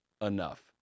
Enough